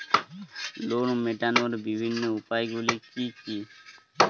Loan মেটানোর বিভিন্ন উপায়গুলি কী কী?